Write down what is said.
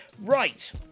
Right